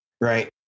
Right